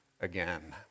again